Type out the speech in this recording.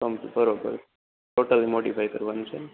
તમસુ બરોબર total modify કરવાનું છે